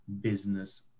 business